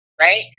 Right